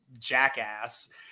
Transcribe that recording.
jackass